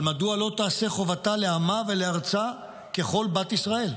אבל מדוע לא תעשה חובתה לעמה ולארצה ככל בת ישראל?